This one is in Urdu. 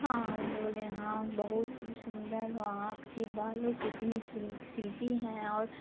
ہاں بولے ہاں بہت ہی سندر ہو آپ کی بال کتنی سل سلکی ہیں اور